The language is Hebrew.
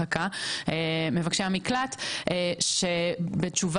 שבתשובה לבקשת חופש המידע שהגישו חבריי מקו לעובד,